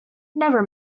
never